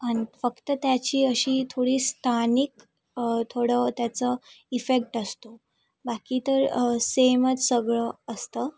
आणि फक्त त्याची अशी थोडी स्थानिक थोडं त्याचं इफेक्ट असतो बाकी तर सेमच सगळं असतं